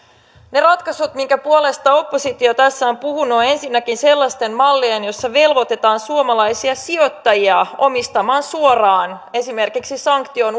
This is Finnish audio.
ne ratkaisut joiden puolesta oppositio tässä on puhunut ovat ensinnäkin sellaisia malleja joissa velvoitetaan suomalaisia sijoittajia omistamaan suoraan esimerkiksi sanktion